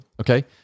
Okay